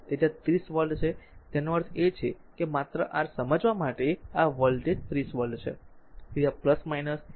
તેથી આ 30 વોલ્ટ છે તેનો અર્થ એ કે માત્ર r સમજવા માટે આ વોલ્ટેજ 30 વોલ્ટ છે